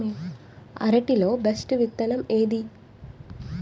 అరటి లో బెస్టు విత్తనం ఏది?